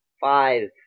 five